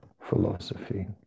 philosophy